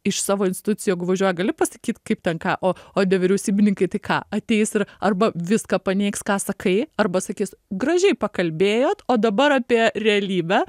iš savo institucijų jeigu važiuoja gali pasakyt kaip ten ką o o nevyriausybininkai tai ką ateis ir arba viską paneigs ką sakai arba sakys gražiai pakalbėjot o dabar apie realybę